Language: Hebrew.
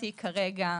הזאת.